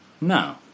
no